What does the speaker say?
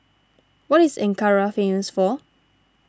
what is Ankara famous for